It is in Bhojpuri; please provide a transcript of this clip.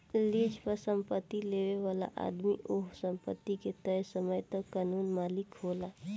लीज पर संपत्ति लेबे वाला आदमी ओह संपत्ति के तय समय तक कानूनी मालिक होला